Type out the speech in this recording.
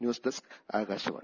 news desk Akashvani